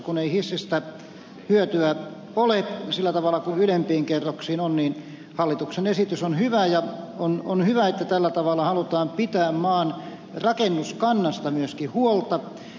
kun ensimmäisessä kerroksessa ei hissistä hyötyä ole sillä tavalla kuin ylemmissä kerroksissa on niin hallituksen esitys on hyvä ja on hyvä että tällä tavalla halutaan pitää maan rakennuskannasta myöskin huolta